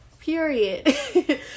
period